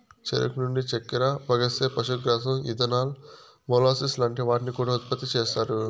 చెరుకు నుండి చక్కర, బగస్సే, పశుగ్రాసం, ఇథనాల్, మొలాసిస్ లాంటి వాటిని కూడా ఉత్పతి చేస్తారు